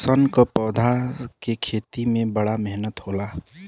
सन क पौधा के खेती में बड़ा मेहनत होला